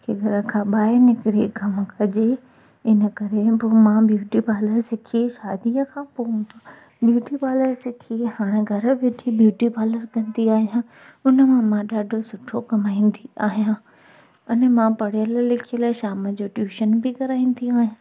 कि घर खां ॿाहिरि निकिरी कमु कजे इन करे पोइ मां ब्यूटी पार्लर सिखियसि शादीअ खां पोइ ब्यूटी पार्लर सिखी हाणे घर वेठे ब्यूटी पार्लर कंदी आहियां उनमां मां ॾाढो सुठो कमाईंदी आहियां अने मां पढ़ियलु लिखयलु शाम जो ट्यूशन बि कराईंदी आहियां